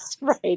right